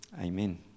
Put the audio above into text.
amen